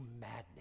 madness